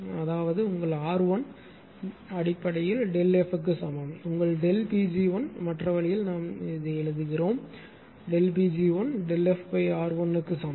அதாவது உங்கள் R 1 அடிப்படையில் ΔF க்கு சமம் உங்கள் Pg1 மற்ற வழியில் நாம் எழுதுகிறோம் Pg1 FR1 க்கு சமம்